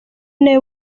nawe